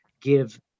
give